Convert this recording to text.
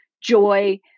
joy